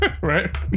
Right